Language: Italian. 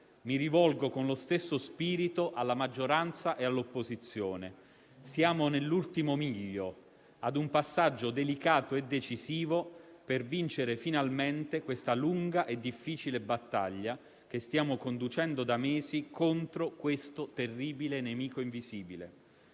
Mi rivolgo con lo stesso spirito alla maggioranza e all'opposizione: siamo nell'ultimo miglio, a un passaggio delicato e decisivo, per vincere finalmente la lunga e difficile battaglia che stiamo conducendo da mesi contro un terribile nemico invisibile.